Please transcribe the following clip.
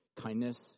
kindness